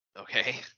Okay